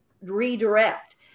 redirect